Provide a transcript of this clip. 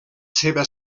seva